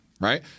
right